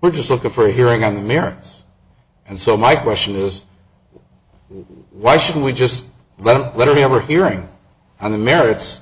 we're just looking for a hearing on the merits and so my question is why should we just let literally every hearing on the merits